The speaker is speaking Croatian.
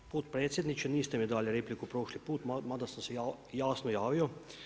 Potpredsjedniče niste mi dali repliku prošli put mada sam se jasno javio.